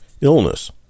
illness